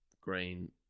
green